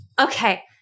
Okay